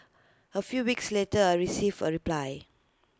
A few weeks later I received A reply